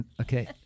okay